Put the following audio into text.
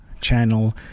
channel